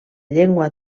llengua